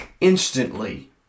instantly